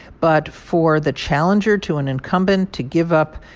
but for the challenger to an incumbent to give up,